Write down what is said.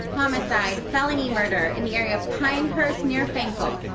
homicide, felony murder, in the area of pinehurst near fenkell,